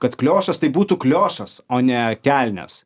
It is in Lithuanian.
kad kliošas tai būtų kliošas o ne kelnės